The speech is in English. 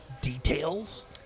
details